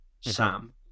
Sam